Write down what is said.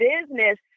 business